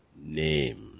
name